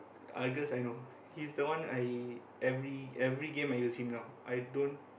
Argus I know his the one I every every game I use him now I don't